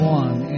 one